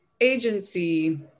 agency